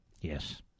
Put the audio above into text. Yes